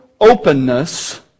openness